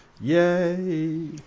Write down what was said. Yay